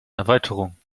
erweiterung